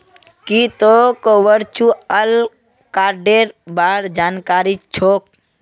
की तोक वर्चुअल कार्डेर बार जानकारी छोक